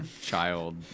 child